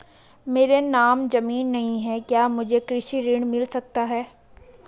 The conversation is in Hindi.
मेरे नाम ज़मीन नहीं है क्या मुझे कृषि ऋण मिल सकता है?